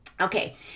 Okay